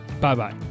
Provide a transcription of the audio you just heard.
Bye-bye